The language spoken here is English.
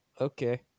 okay